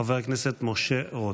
חבר הכנסת משה רוט.